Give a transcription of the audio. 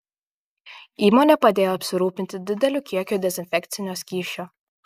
įmonė padėjo apsirūpinti dideliu kiekiu dezinfekcinio skysčio